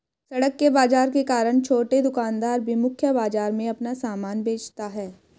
सड़क के बाजार के कारण छोटे दुकानदार भी मुख्य बाजार में अपना सामान बेचता है